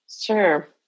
sure